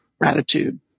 gratitude